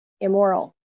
Immoral